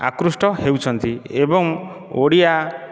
ଆକୃଷ୍ଟ ହେଉଛନ୍ତି ଏବଂ ଓଡ଼ିଆ